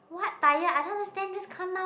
what tired I don't understand just come now